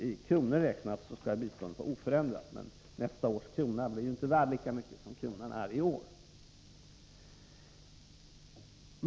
I kronor räknat skall biståndet vara oförändrat, men nästa års krona blir ju inte värd lika mycket som kronan i år.